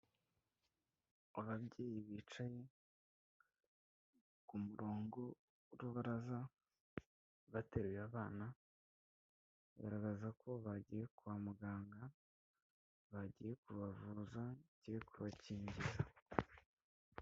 Ababyeyi bicaye ku murongo w'urubaraza, bateruye abana, bigaragaza ko bagiye kwa muganga, bagiye kubavuza, bagiye kubakingiza.